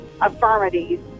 affirmities